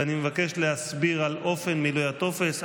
ואני מבקש להסביר על אופן מילוי הטופס.